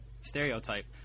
stereotype